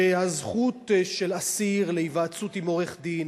שהזכות של אסיר להיוועצות בעורך-דין,